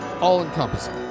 all-encompassing